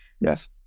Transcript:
yes